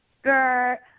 skirt